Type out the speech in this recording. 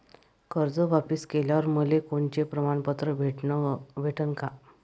कर्ज वापिस केल्यावर मले कोनचे प्रमाणपत्र भेटन का?